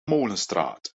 molenstraat